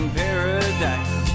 paradise